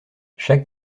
chaque